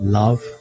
love